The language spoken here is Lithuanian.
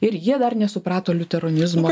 ir jie dar nesuprato liuteronizmo